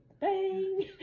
bang